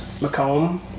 Macomb